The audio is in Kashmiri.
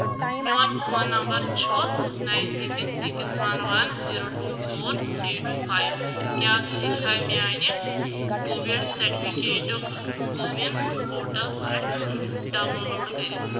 میون فون نمبر چھُ nine six six one one zero two four three two five کیٛاہ ژٕ ہیٚکٕکھا میٲنۍ کووِڈ سرٹیفکیٹُک کووِن پوٹل پٮ۪ٹھ ڈاؤن لوڈ کٔرِتھ؟